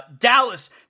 Dallas